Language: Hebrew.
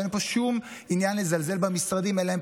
אין פה שום עניין לזלזל במשרדים האלה.